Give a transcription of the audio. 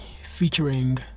featuring